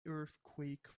earthquake